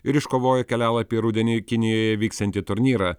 ir iškovojo kelialapį į rudenį kinijoje vyksiantį turnyrą